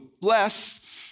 less